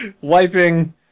wiping